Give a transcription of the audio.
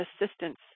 assistance